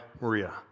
Maria